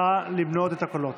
נא למנות את הקולות.